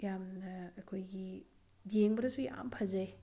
ꯌꯥꯝꯅ ꯑꯩꯈꯣꯏꯒꯤ ꯌꯦꯡꯕꯗꯁꯨ ꯌꯥꯝꯅ ꯐꯖꯩ